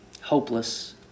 Hopeless